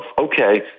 okay